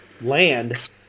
land